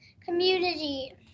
community